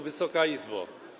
Wysoka Izbo!